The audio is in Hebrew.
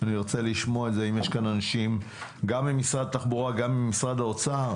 אני רוצה לשמוע את זה גם ממשרד התחבורה וגם ממשרד האוצר.